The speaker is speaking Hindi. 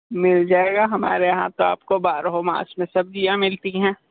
मिल जाएगा हमारे यहाँ तो आपको बारह मास में सब्ज़ियाँ मिलती हैं